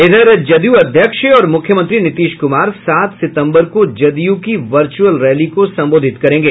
इधर जदयू अध्यक्ष और मुख्यमंत्री नीतीश कुमार सात सितंबर को जदयू की वर्चुअल रैली को संबोधित करेंगे